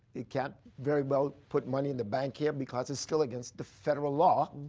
you can't very well put money in the bank here because it's still against the federal law